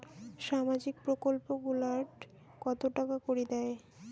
সামাজিক প্রকল্প গুলাট কত টাকা করি দেয়?